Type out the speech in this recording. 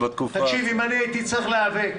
תקשיב, אם אני הייתי צריך להיאבק